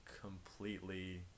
completely